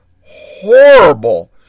horrible